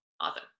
Awesome